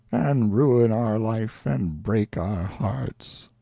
and ruin our life and break our hearts.